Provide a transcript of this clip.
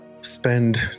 spend